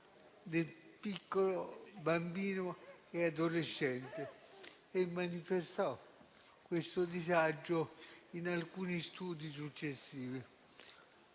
del piccolo bambino e dell'adolescente. Manifestò questo disagio in alcuni studi successivi.